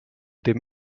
dem